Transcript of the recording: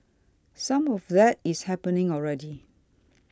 some of that is happening already